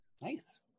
nice